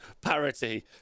parity